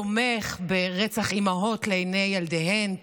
תומך ברצח אימהות לעיני ילדיהן,